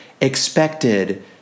expected